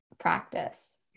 practice